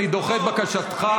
אני דוחה את בקשתך.